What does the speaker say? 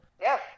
yes